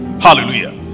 Hallelujah